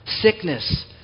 sickness